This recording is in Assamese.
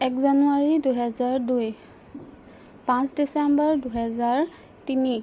এক জানুৱাৰী দুহেজাৰ দুই পাঁচ ডিচেম্বৰ দুহেজাৰ তিনি